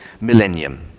millennium